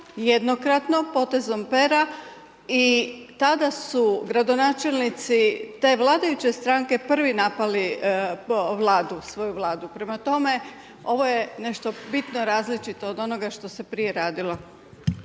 jednokratno, potezom pera i tada su gradonačelnici te vladajuće stranke prvi napali vladu, svoju vladu, prema tome ovo je nešto bitno različito od onoga što se prije radilo.